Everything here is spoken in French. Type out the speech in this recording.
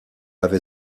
avait